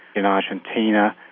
in argentina,